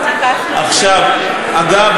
אגב,